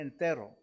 entero